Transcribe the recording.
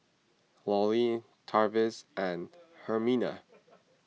Lollie Travis and Herminia